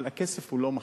אבל הכסף הוא לא מחסום.